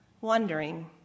wondering